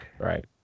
right